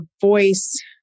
voice